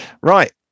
Right